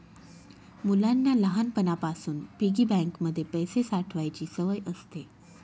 मुलांना लहानपणापासून piggy bank मध्ये पैसे साठवायची सवय असते